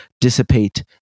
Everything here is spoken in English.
dissipate